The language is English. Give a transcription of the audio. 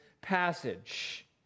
passage